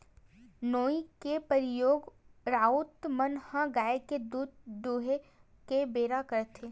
नोई के परियोग राउत मन ह गाय के दूद दूहें के बेरा करथे